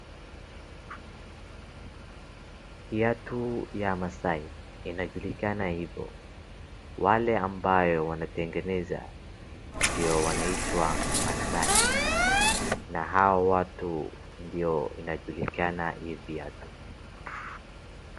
Viatu ya masai inajulikana inajulikana hivyo. Wale amabayo inatengeneza ndio inaitwa masaai na hao watu ndio inajulikana hii viatu.